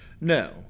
no